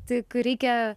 tik reikia